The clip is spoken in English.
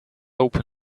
open